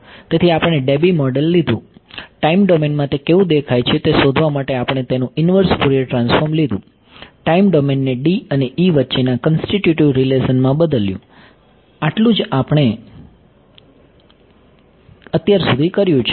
તેથી આપણે Debye model લીધું ટાઈમ ડોમેનમાં તે કેવું દેખાય છે તે શોધવા માટે આપણે તેનું ઇન્વર્સ ફોરીયર ટ્રાન્સફોર્મ લીધું ટાઈમ ડોમેનને D અને E વચ્ચેના કન્સ્ટીટ્યુટીવ રીલેશનમાં બદલ્યું આટલું જ આપણે અત્યાર સુધી કર્યું છે